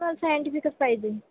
हो सायंटिफिकच पाहिजे